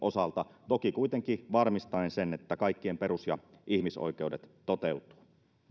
osalta toki kuitenkin varmistaen sen että kaikkien perus ja ihmisoikeudet toteutuvat